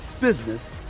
business